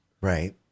Right